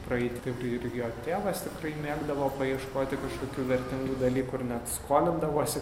praeiti ir ir jo tėvas tikrai mėgdavo paieškoti kažkokių vertingų dalykų ir net skolindavosi